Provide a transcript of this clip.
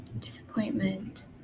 disappointment